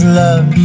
love